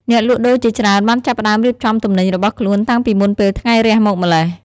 អ្នកលក់ដូរជាច្រើនបានចាប់ផ្តើមរៀបចំទំនិញរបស់ខ្លួនតាំងពីមុនពេលថ្ងៃរះមកម្ល៉េះ។